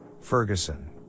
Ferguson